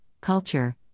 Culture